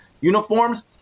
uniforms